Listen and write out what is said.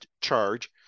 charge